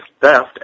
theft